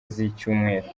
z’icyumweru